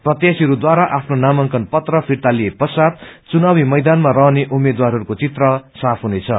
प्रत्याशीहरूद्वारा आफ्ना नामांकन पत्र फिर्ता लिए पश्वात चुनावमी मैदानमा रहने उम्मेद्वारहरूको वित्र साफ हुनेछ